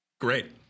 Great